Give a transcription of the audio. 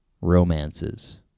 romances